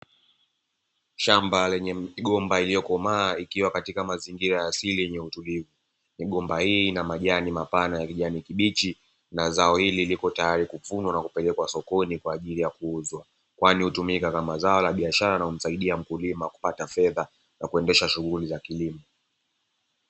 Shamba lenye migomba iliyokomaa ikiwa katika mazingira asili yenye utulivu. Migomba hii ina majani mapana ya kijani kibichi na zao hili liko tayari kuvunwa na kupelekwa sokoni kwa ajili ya kuuzwa, kwani hutumika kama zao la biashara na humsaidia mkulima kupata fedha na kuendesha shughuli za kilimo.